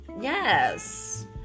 Yes